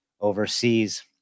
overseas